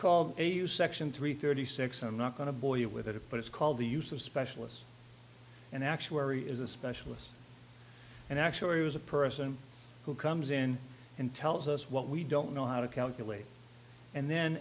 called a u section three thirty six i'm not going to bore you with it but it's called the use of specialists an actuary is a specialist and actually was a person who comes in and tells us what we don't know how to calculate and then